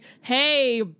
hey